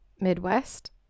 midwest